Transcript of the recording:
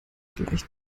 gleich